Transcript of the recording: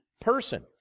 person